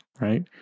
right